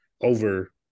over